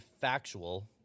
factual